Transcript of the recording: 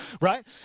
right